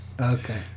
Okay